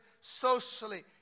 socially